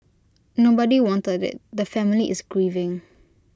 nobody wanted IT the family is grieving